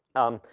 um,